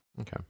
Okay